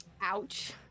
Ouch